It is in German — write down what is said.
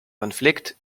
konflikt